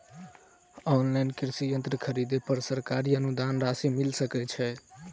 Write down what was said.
Online कृषि यंत्र खरीदे पर सरकारी अनुदान राशि मिल सकै छैय?